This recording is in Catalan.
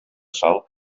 sal